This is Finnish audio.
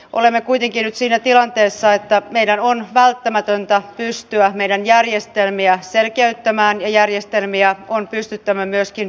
olemme kuitenkin nyt siinä tilanteessa että meidän on välttämättä pystyttävä meidän järjestelmiä selkeyttämään ja järjestelmiä on pystyttävä myöskin yhdenmukaistamaan